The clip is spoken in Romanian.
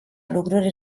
lucruri